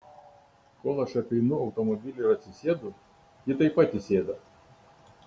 kol aš apeinu automobilį ir atsisėdu ji taip pat įsėda